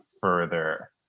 further